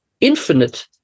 infinite